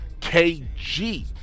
KG